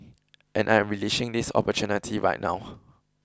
and I am relishing this opportunity right now